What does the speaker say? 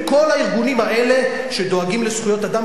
וכל הארגונים האלה שדואגים לזכויות אדם,